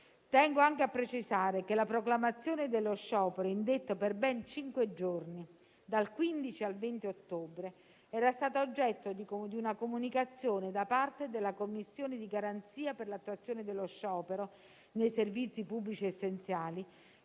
Tengo anche a precisare che la proclamazione dello sciopero indetto per ben cinque giorni, cioè dal 15 al 20 ottobre, era stata oggetto di una comunicazione da parte della commissione di garanzia per l'attuazione dello sciopero nei servizi pubblici essenziali,